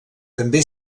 també